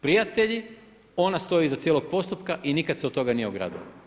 Prijatelji, ona stoji iza cijelog postupka i nikada se od toga nije ogradila.